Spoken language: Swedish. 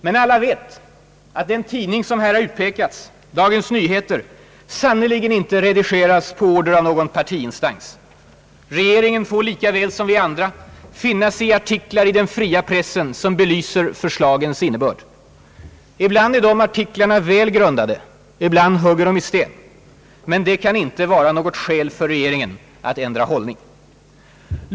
Men alla vet att den tidning som här har utpekats, Dagens Nyheter, sannerligen inte redigeras på order av någon partiinstans. Regeringen får likaväl som vi andra finna sig i artiklar i den fria pressen som belyser förslagens innebörd. Ibland är de artiklarna väl grundade, ibland hugger de i sten. Men det kan inte vara något skäl för regeringen att ändra hållning.